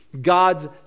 God's